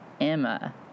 Emma